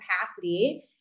capacity